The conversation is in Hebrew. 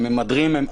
הם ממדרים.